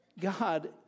God